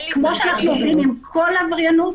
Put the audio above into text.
כמו שאנחנו עובדים עם כל עבריינות,